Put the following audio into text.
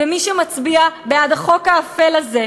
ומי שמצביע בעד החוק האפל הזה,